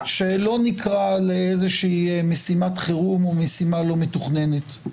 שלא נקרא לאיזושהי משימת חירום או משימה לא מתוכננת,